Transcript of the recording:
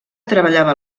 treballava